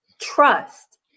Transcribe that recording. trust